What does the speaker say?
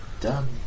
done